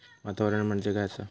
वातावरण म्हणजे काय असा?